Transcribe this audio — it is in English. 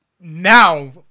now